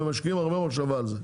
ומשקיעים הרבה מחשבה על זה.